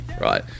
Right